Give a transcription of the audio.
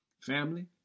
Family